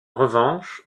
revanche